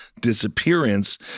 disappearance